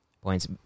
points